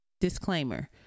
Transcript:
Disclaimer